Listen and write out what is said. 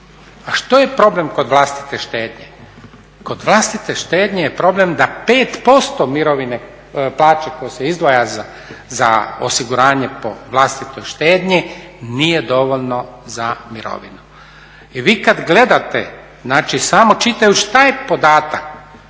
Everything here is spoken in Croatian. A što je problem kod vlastite štednje? Kod vlastite štednje je problem da 5% mirovine, plaće koje se izdvaja za osiguranje po vlastitoj štednji nije dovoljno za mirovinu. I vi kad gledate, znači samo čitajući taj podatak,